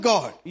God